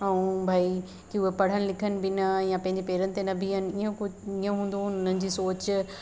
ऐं भई की हूअ पढ़न लिखन बि न या पंहिंजे पेरनि ते न बीहन हीअं कुझु हीअं हूंदो हुयो हुननि जी सोच